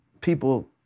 people